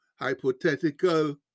hypothetical